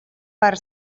per